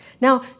Now